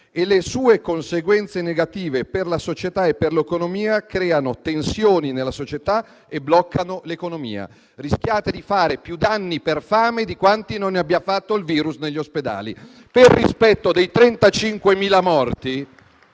che le sue conseguenze negative per la società e per l'economia creano tensioni e bloccano l'economia. Rischiate di fare più danni per fame di quanti non ne abbia fatti il virus negli ospedali. Per rispetto dei 35.000 morti,